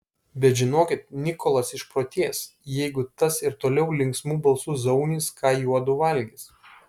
bet žinokit nikolas išprotės jeigu tas ir toliau linksmu balsu zaunys ką juodu valgys